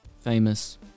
famous